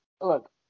look